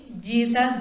Jesus